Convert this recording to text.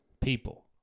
people